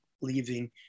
leaving